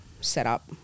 setup